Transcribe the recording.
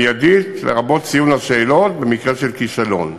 לרבות ציון השאלות במקרה של כישלון.